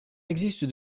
existe